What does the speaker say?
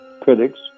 critics